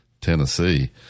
Tennessee